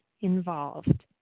involved